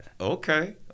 Okay